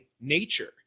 nature